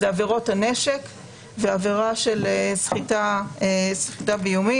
אלה עבירות הנשק ועבירה של סחיטה באיומים.